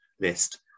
list